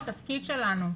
התפקיד שלנו,